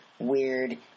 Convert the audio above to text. weird